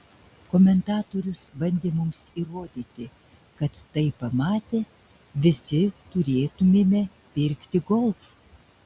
komentatorius bandė mums įrodyti kad tai pamatę visi turėtumėme pirkti golf